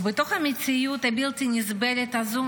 ובתוך המציאות הבלתי-נסבלת הזו,